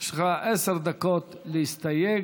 יש לך עשר דקות להסתייג.